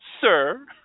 sir